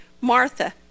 Martha